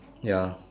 ya